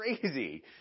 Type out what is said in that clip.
crazy